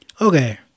Okay